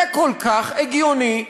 זה כל כך הגיוני,